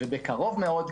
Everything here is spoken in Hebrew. ובקרוב מאוד,